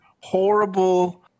horrible